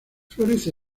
florece